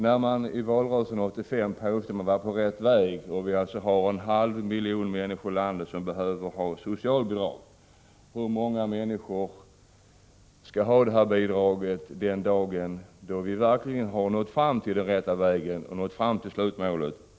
I valrörelsen 1985 påstods det att vi var på rätt väg, trots att 0,5 miljoner människor i vårt land i dag är i behov av socialbidrag. Hur skall det då inte bli den dagen vi verkligen har kommit in på den rätta vägen och nått fram till slutmålet?